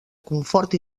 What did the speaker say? confort